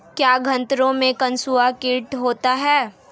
क्या गन्नों में कंसुआ कीट होता है?